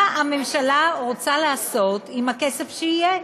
מה הממשלה רוצה לעשות עם הכסף שיהיה,